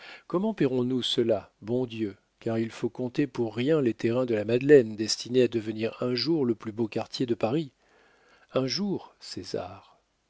comment paierons nous cela bon dieu car il faut compter pour rien les terrains de la madeleine destinés à devenir un jour le plus beau quartier de paris un jour césar